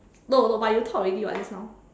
no no but you talk already [what] just now